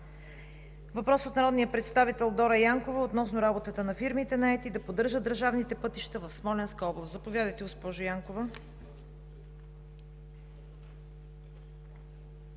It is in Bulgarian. въпрос от народния представител Дора Янкова относно работата на фирмите, наети да поддържат държавните пътища в Смолянска област. Заповядайте, госпожо Янкова.